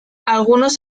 algunos